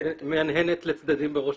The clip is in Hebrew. -- מהנהנת לצדדים בראשה.